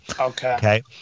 Okay